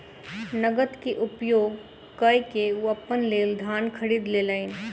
नकद के उपयोग कअ के ओ अपना लेल धान खरीद लेलैन